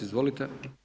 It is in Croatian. Izvolite.